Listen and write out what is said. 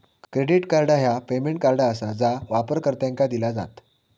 credit card ह्या payment card आसा जा वापरकर्त्यांका दिला जात